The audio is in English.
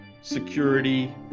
security